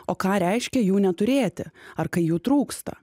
o ką reiškia jų neturėti ar kai jų trūksta